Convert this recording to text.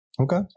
Okay